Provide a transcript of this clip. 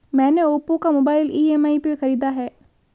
मैने ओप्पो का mobile EMI पे खरीदा है